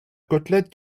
côtelette